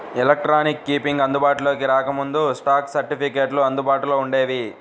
electronic keeping అందుబాటులోకి రాకముందు, stock సర్టిఫికెట్లు అందుబాటులో వుండేవి